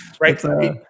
right